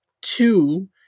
two